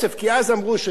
כי אז אמרו שיש,